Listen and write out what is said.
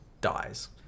dies